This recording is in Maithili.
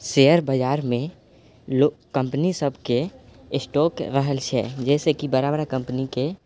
शेयर बजारमे कम्पनी सबके स्टोक रहल छै जाहिसँ कि बड़ा बड़ा कम्पनीके